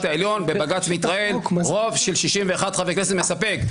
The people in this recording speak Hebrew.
העליון בבג"ץ מיטראל רוב של 61 חברי כנסת מספק.